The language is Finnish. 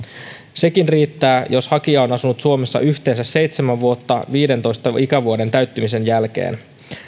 sekin riittää jos hakija on asunut suomessa yhteensä seitsemän vuotta viidentoista ikävuoden täyttymisen jälkeen